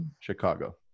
chicago